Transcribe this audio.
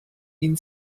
ihn